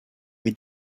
with